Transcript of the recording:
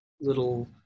little